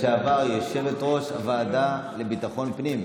לשעבר יושבת-ראש ועדת ביטחון הפנים.